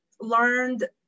learned